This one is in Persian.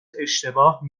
اشتباه